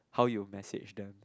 how you message them